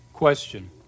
question